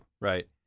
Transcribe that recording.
right